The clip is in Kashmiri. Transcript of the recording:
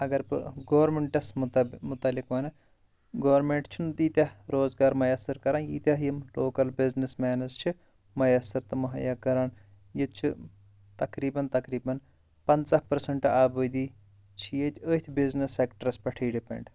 اگر بہٕ گورمِنٛٹَس مُتب مُتعلِق وَنہٕ گورمٮ۪نٛٹ چھُنہٕ تیٖتیاہ روزگار مَیَسر کَران یٖتیاہ یِم لوکَل بِزنِس مینٕز چھِ مَیَسر تہٕ مہیا کَران ییٚتہِ چھ تقریٖبَاً تقریٖبَاً پَنٛژاہ پٕرسَنٛٹ آبٲدی چھِ ییٚتہِ أتھۍ بِزنِس سٮ۪کٹرس پٮ۪ٹھےٕ ڈِپٮ۪نٛڈ